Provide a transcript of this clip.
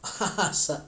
ha ha